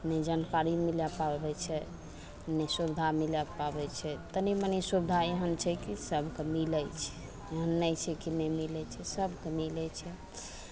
नहि जानकारी मिलऽ पाबय छै ने सुविधा मिलऽ पाबय छै तनी मनी सुविधा एहन छै कि सबके मिलय छै एहन नहि छै कि नहि मिलय छै सबके मिलय छै